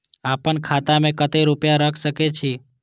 आपन खाता में केते रूपया रख सके छी?